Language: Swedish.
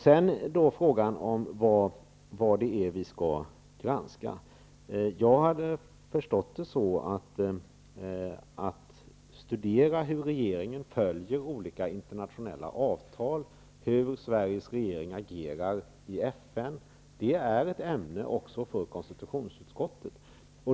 Sedan då till frågan, vad det är vi skall granska. Jag har förstått det så att det är en uppgift för konstitutionsutskottet att studera hur regeringen följer olika internationella avtal. Hur Sveriges regering agerar i FN är ett ämne också för konstitutionsutskottet.